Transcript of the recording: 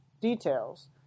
details